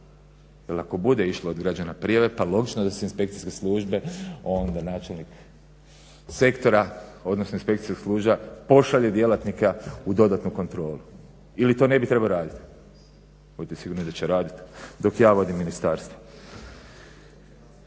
Jer ako bude išlo od građana prijave pa logično da se inspekcijske službe onda načelnik sektora odnosno inspekcijskih službi pošalje djelatnika u dodatnu kontrolu. Ili to ne bi trebao raditi? Budite sigurni da će raditi dok ja vodim ministarstvo.